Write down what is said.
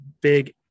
big